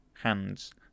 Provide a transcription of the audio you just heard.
hands